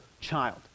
child